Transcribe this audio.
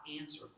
answer